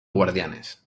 guardianes